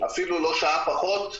אפילו לא שעה פחות,